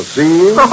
See